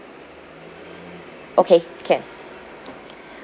okay can